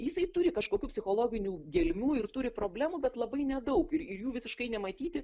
jisai turi kažkokių psichologinių gelmių ir turi problemų bet labai nedaug ir jų visiškai nematyti